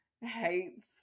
hates